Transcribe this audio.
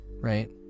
right